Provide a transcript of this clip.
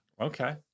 Okay